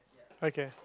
okay